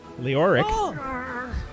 Leoric